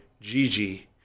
Gigi